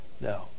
No